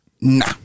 Nah